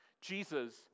Jesus